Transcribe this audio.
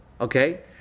okay